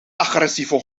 agressieve